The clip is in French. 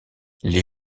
les